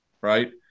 right